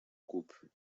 coupe